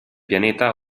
pianeta